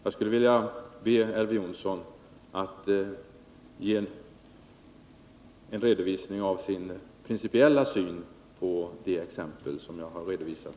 Jag skulle vilja be Elver Jonsson att ge en redovisning av sin principiella syn på de exempel som jag har anfört.